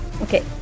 Okay